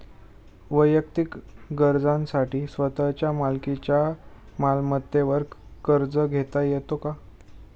वैयक्तिक गरजांसाठी स्वतःच्या मालकीच्या मालमत्तेवर कर्ज घेता येतो का?